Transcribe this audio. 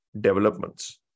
developments